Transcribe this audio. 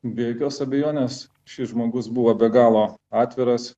be jokios abejonės šis žmogus buvo be galo atviras